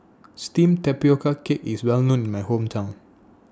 Steamed Tapioca Cake IS Well known in My Hometown